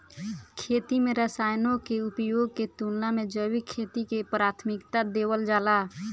खेती में रसायनों के उपयोग के तुलना में जैविक खेती के प्राथमिकता देवल जाला